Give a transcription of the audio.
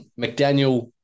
McDaniel